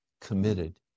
committed